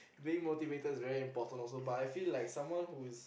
being motivated is very important also but I feel like someone who is